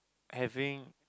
having